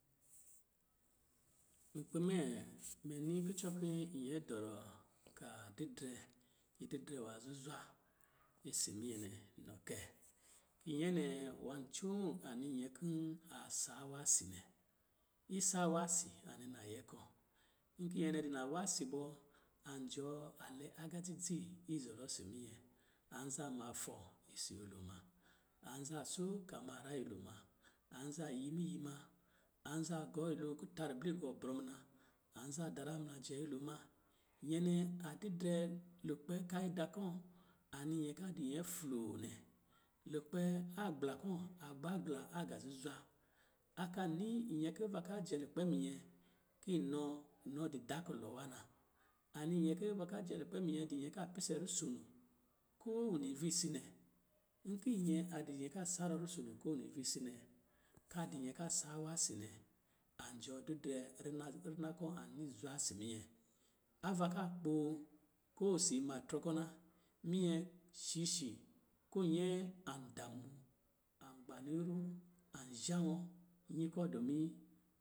Nkpi mɛ, mɛ ni kucɔ kin nyɛ dɔrɔ ka didrɛ ididrɛ wa zuzwa isi minyɛ nɛ, nɔ kɛ, ki nyɛ nɛ nwá ncoo anɔ nyɛ kɔ̄ a saawa si nɛ. Isawa si ani nayɛ kɔ̄. Nki nyɛ nɛ d nawa si bɔ, an jɔ a lɛ agá dzi dzi izɔrɔ si minyɛ. An za mafɔ isi nyɛ lo ma. An za so ka ma ra nyɛlo ma. An za yi miyi ma. Anza gɔ nyɛlo kita ribli gɔ brɔ muna. An za daramla jɛ nyɛlo ma. Nyɛ nɛ a didrɛ lukpɛ ka ida kɔ̄, ani nyɛ ka di nyɛ floo nɛ. Lukpɛ agbla kɔ̄, agbagbla aga zuzwa. A ka ni nyɛ ki ava kajɛ lukpɛ minyɛ, ki nɔ, nɔ do da kulɔ nwa na. Ani nyɛ ki ava ka jɛ lukpɛ minyɛ di nyɛ ka pise rusono ko wini visii nɛ. Nki nyɛ a di nyɛ ka sarɔ rusono ko wini visii nɛ, ka di nyɛ ka saawa si nɛ, an jɔ didrɛ rina, vina kɔ ani zwa si minyɛ. Ava ka kpo, ko si ma trɔ kɔ̄ na, minyɛ shishi ko nyɛ an damu, an gbanɔ iro, an zhawɔ̄ nyi kɔ̄ dɔmin